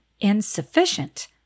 insufficient